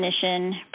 definition